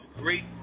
great